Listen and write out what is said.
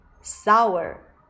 Sour